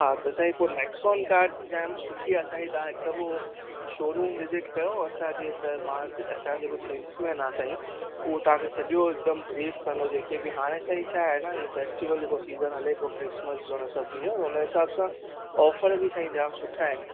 हा त साईं पोइ नैक्सोन कार जाम सुठी आहे साईं तव्हां हिकु दफ़ो शोरूम विज़िट कयो असांजे त मां असांजो जेको सेल्समेन आहे साईं उहो तव्हांखे सॼो हिकदमि ब्रीफ़ कंदो जेक बि हाणे साईं छा आहे न ही़अ फ़ेस्टीवल जेको सीज़न हलो पियो क्रिस्मस जो न सभिनी जो त उन हिसाब सां ऑफर बि साईं जाम सुठा आहिनि